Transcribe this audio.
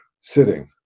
sitting